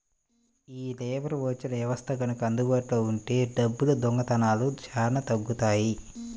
యీ లేబర్ ఓచర్ల వ్యవస్థ గనక అందుబాటులో ఉంటే డబ్బుల దొంగతనాలు చానా తగ్గుతియ్యి